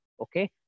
Okay